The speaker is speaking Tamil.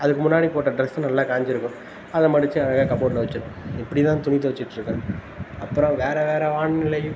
அதுக்கு முன்னாடி போட்ட ட்ரெஸ்ஸு நல்லா காஞ்சுருக்கும் அதை மடித்து அழகாக கபோர்டில் வெச்சுடுவேன் இப்படிதான் துணி துவைச்சிட்டுருக்கேன் அப்புறம் வேறு வேறு வானிலையும்